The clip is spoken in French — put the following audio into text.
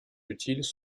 utiles